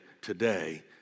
today